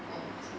oh true